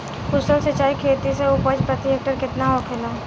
कुशल सिंचाई खेती से उपज प्रति हेक्टेयर केतना होखेला?